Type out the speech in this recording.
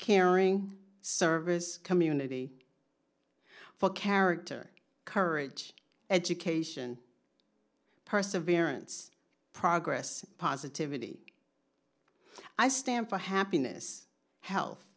caring service community for character courage education perseverance progress positivity i stand for happiness health